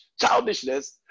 childishness